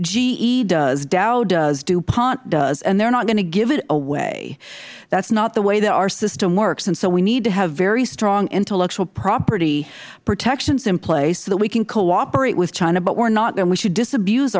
ge does dow does dupont does and they are not going to give it away that is not the way that our system works and so we need to have very strong intellectual property protections in place so that we can cooperate with china but we're not we should disabuse